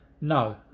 no